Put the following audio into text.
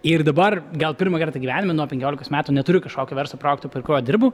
ir dabar gal pirmą kartą gyvenime nuo penkiolikos metų neturiu kažkokio verslo projekto per kurio dirbu